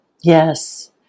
Yes